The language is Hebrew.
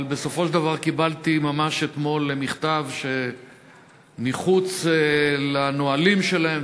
אבל בסופו של דבר קיבלתי ממש אתמול מכתב שמחוץ לנהלים שלהם,